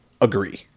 agree